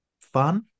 fun